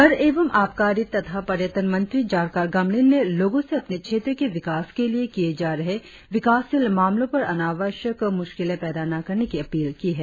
कर एवं अबकारी तथा पर्यटन मंत्री जारकार गामलिन ने लोगों से अपने क्षेत्र के विकास के लिए किये जा रहे विकासशील मामलों पर अनावश्यक मुश्किले पैदा न करने की अपील की है